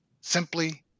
Simply